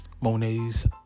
Monet's